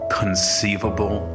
conceivable